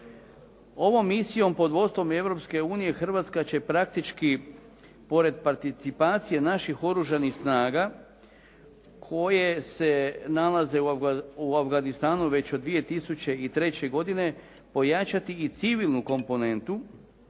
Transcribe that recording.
Ovom misijom pod vodstvom Europske unije Hrvatska će praktički pored participacije naših Oružanih snaga koje se nalaze u Afganistanu već od 2003. godine, pojačati i civilnu komponentu